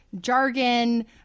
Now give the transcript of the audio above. jargon